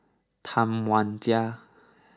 Tam Wai Jia